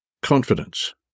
Confidence